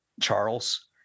charles